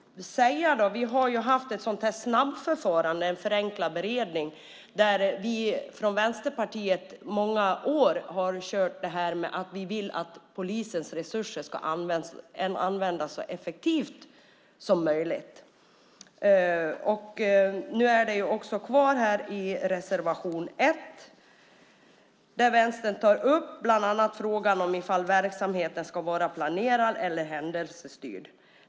Vi har haft ett sådant här snabbförfarande, en förenklad beredning, och vi i Vänsterpartiet har i många år sagt att vi vill att polisens resurser ska användas så effektivt som möjligt. I reservation 1 tar Vänstern bland annat upp frågan om verksamheten ska vara planerad eller händelsestyrd.